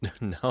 No